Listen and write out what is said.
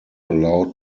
allowed